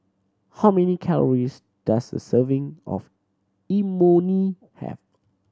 how many calories does a serving of Imoni have